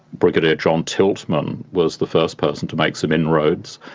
brigadier john tiltman was the first person to make some inroads,